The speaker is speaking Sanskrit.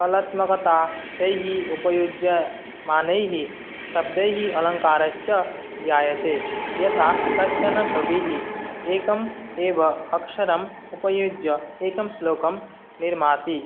कलात्मकता तैः उपयुज्यमानैः शब्दैः अलङ्काराश्च ज्ञायते यथा कश्चन् कविः एकम् एव अक्षरम् उपयुज्य एकं श्लोकं निर्माति